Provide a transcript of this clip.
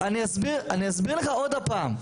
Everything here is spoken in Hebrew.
אני אסביר לך עוד פעם.